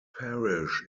parish